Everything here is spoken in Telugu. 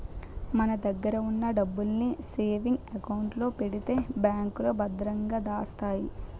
మన దగ్గర ఉన్న డబ్బుల్ని సేవింగ్ అకౌంట్ లో పెడితే బ్యాంకులో భద్రంగా దాస్తాయి